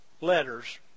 letters